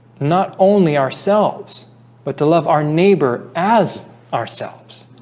not only ourselves but to love our neighbor as ourselves